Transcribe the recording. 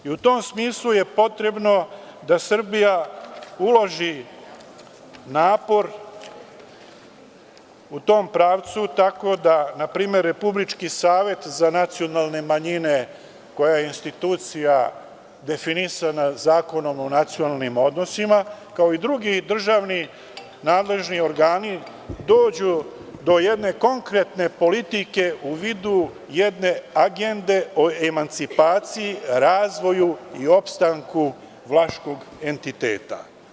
U tom smislu je potrebno da Srbija uloži napor u tom pravcu tako dana primer Republički savet za nacionalne manjine koji je institucija definisana Zakonom o nacionalnim odnosima kao idrugi državni nadležni organi dođu do jedne konkretne politike u vidu jedne agende o emancipaciji, razvoju i opstanku vlaškog entiteta.